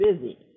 busy